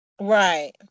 right